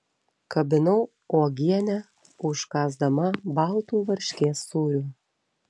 kabinau uogienę užkąsdama baltu varškės sūriu